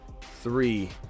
three